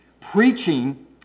preaching